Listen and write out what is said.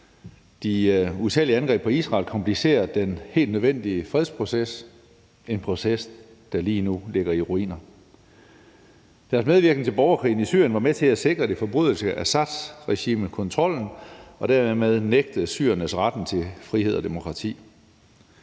De utallige angreb på Israel komplicerer den helt nødvendige fredsproces – en proces, der lige nu ligger i ruiner. Deres medvirken til borgerkrigen i Syrien var med til at sikre det forbryderiske Assadregime kontrollen og dermed nægte syrerne retten til frihed og demokrati.